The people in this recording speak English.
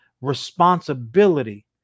responsibility